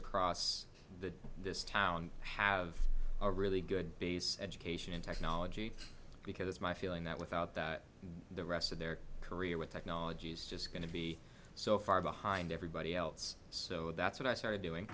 across the this town have a really good base education in technology because my feeling that without that the rest of their career with technology is just going to be so far behind everybody else so that's what i started doing